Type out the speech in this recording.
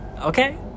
Okay